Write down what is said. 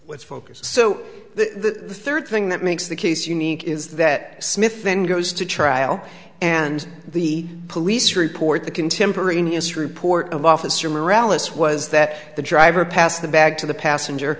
let's focus so the third thing that makes the case unique is that smith then goes to trial and the police report the contemporaneous report of officer morale us was that the driver passed the bag to the passenger